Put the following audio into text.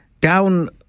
down